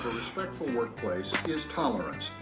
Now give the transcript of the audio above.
respectful workplace is tolerance.